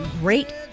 great